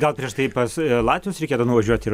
gal prieš tai pas latvius reikėtų nuvažiuot ir